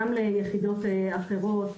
גם ליחידות אחרות,